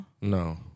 No